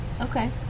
Okay